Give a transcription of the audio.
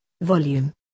Volume